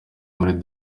muri